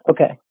Okay